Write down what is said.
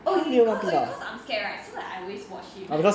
oh because because I'm scared right so I always watch him